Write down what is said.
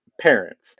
parents